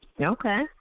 Okay